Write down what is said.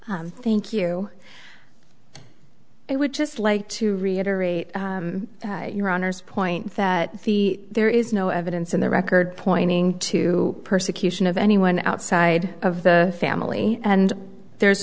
you thank you i would just like to reiterate your honor's point that the there is no evidence in the record pointing to persecution of anyone outside of the family and there's